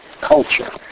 culture